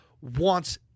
wants